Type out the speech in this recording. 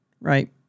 right